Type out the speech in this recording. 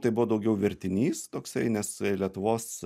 tai buvo daugiau vertinys toksai nes lietuvos